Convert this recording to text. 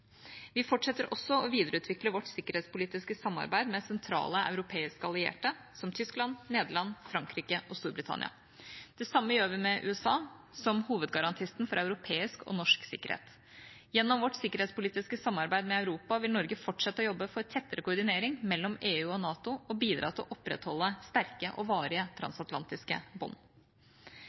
Vi fortsetter også å videreutvikle vårt sikkerhetspolitiske samarbeid med sentrale europeiske allierte, som Tyskland, Nederland, Frankrike og Storbritannia. Det samme gjør vi med USA, som hovedgarantisten for europeisk, og norsk, sikkerhet. Gjennom vårt sikkerhetspolitiske samarbeid med Europa vil Norge fortsette å jobbe for tettere koordinering mellom EU og NATO og bidra til å opprettholde sterke og varige transatlantiske bånd.